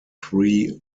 three